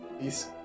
Peace